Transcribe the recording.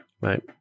right